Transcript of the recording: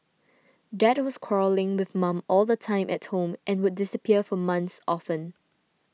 dad was quarrelling with mum all the time at home and would disappear for months often